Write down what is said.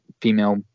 female